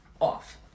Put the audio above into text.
Off